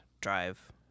drive